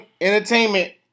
Entertainment